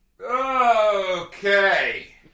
Okay